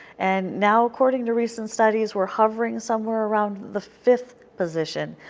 and now, according to recent studies, we are hovering somewhere around the fifth position,